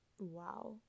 Wow